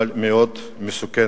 אבל מאוד מסוכן,